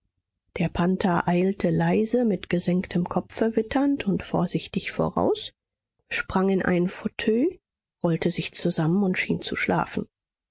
der panther eilte leise mit gesenktem kopfe witternd und vorsichtig voraus sprang in einen fauteuil rollte sich zusammen und schien zu schlafen